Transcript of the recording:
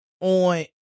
on